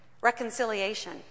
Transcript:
Reconciliation